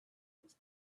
this